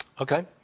Okay